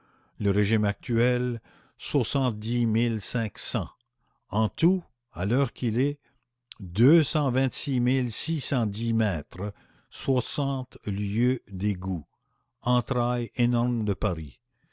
le régime actuel soixante-dix mille cinq cents en tout à l'heure qu'il est deux cent vingt-six mille six cent dix mètres soixante lieues d'égout entrailles énormes de paris